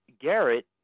Garrett